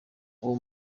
uwo